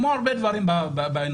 כמו הרבה דברים באנושות.